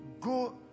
go